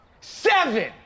Seven